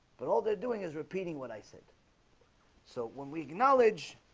but all they're doing is repeating what i said so when we acknowledge